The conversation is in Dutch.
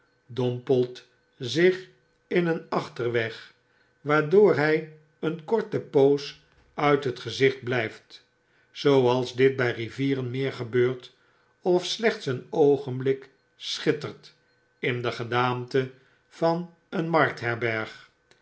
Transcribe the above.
dorapelt zich in een achterweg waardoor hij een korte poos uit het gezicht blfift zooals dit bi rivieren meer gebeurt of slechts een oogenblik schittert in de gedaante van een